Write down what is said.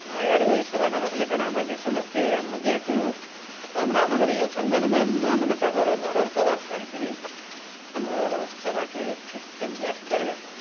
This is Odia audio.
ଏଗାର ବାଜେ ସଭାଟା ରଖିଲେ କାଣା ହବାକି ସମସ୍ତେ ଯେହେତୁ ମାଆ ମାନେ ବି ଅଛନ୍ ମାଆ ମାନେ ତାଙ୍କର ଘରର କବାର ସାରିକିରି ଆମର ସଭାକେ ଠିକ ଟାଇମ୍କେ ଆସି ପାରିବେ